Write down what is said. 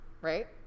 right